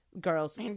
girls